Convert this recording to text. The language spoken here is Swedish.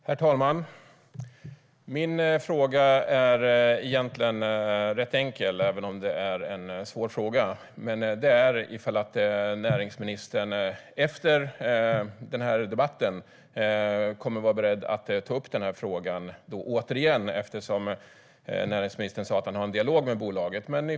Herr talman! Min fråga är egentligen rätt enkel, även om det är en svår fråga: Kommer näringsministern efter denna debatt att vara beredd att återigen ta upp denna fråga, eftersom näringsministern sa att han har en dialog med bolaget?